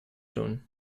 doen